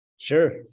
Sure